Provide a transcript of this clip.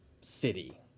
city